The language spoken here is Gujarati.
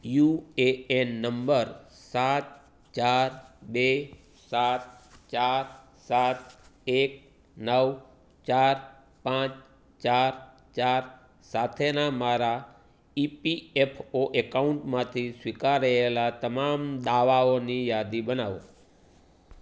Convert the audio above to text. યુ એ એન નંબર સાત ચાર બે સાત ચાર સાત એક નવ ચાર પાંચ ચાર ચાર સાથેના મારા ઇ પી એફ ઓ એકાઉન્ટમાંથી સ્વીકારાયેલા તમામ દાવાઓની યાદી બનાવો